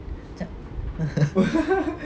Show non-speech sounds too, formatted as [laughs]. macam [laughs]